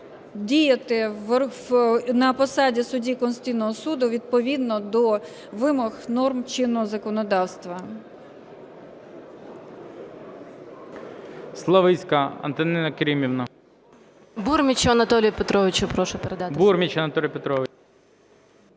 діяти на посаді судді Конституційного Суду відповідно до вимог, норм чинного законодавства.